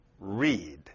read